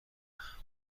وقت